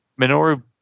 Minoru